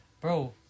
bro